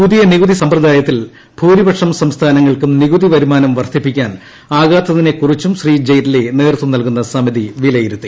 പുതിയ നികുതി സമ്പ്രദായത്തിൽ ഭൂരിപക്ഷം സംസ്ഥാനങ്ങൾക്കും നികുതി വരുമാനം വർദ്ധിപ്പിക്കാൻ ആകാത്തിനെകുറിച്ചും ശ്രീ ജയ്റ്റ്ലി നേതൃത്വം നൽകുന്ന സമിതി വിലയിരുത്തി